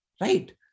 right